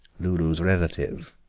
lulu's relative,